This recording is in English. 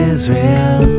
Israel